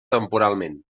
temporalment